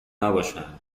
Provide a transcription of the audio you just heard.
نباشند